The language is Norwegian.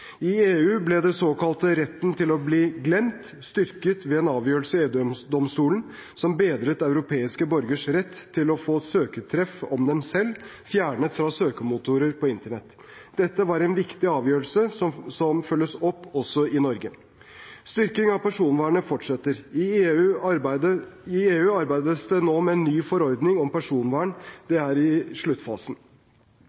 I EU ble den såkalte retten til å bli glemt styrket ved en avgjørelse i EU-domstolen som bedret europeiske borgeres rett til å få søketreff om dem selv fjernet fra søkemotorer på Internett. Dette var en viktig avgjørelse som følges opp også i Norge. Styrkingen av personvernet fortsetter. I EU arbeides det nå med en ny forordning om personvern. Det er i sluttfasen.